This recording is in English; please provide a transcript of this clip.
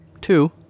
Two